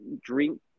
drink